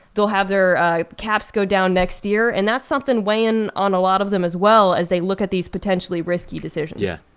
they'll have their caps go down next year. and that's something weighing on a lot of them as well as they look at these potentially risky decisions yeah,